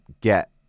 get